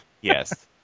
Yes